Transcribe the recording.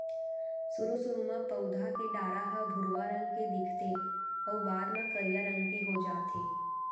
सुरू सुरू म पउधा के डारा ह भुरवा रंग के दिखथे अउ बाद म करिया रंग के हो जाथे